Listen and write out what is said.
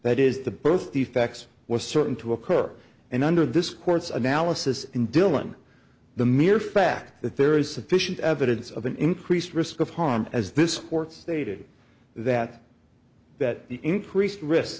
that is the birth defects was certain to occur and under this court's analysis in dillon the mere fact that there is sufficient evidence of an increased risk of harm as this court stated that that the increased risk